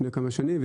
לפני כמה שנים.